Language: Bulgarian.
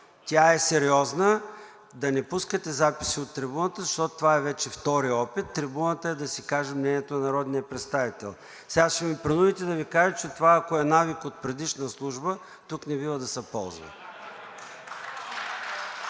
Тя е сериозна. Да не пускате записи от трибуната, защото това е вече втори опит. Трибуната е да си каже мнението народният представител. Сега ще ме принудите да Ви кажа, че това, ако е навик от предишна служба, тук не бива да се ползва.